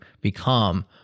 become